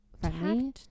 friendly